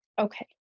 okay